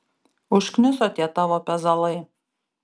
užkniso tie tavo pezalai